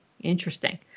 interesting